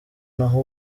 naho